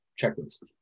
checklist